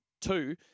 two